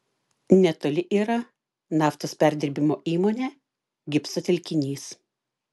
netoli yra naftos perdirbimo įmonė gipso telkinys